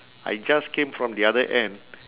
I just came from the other end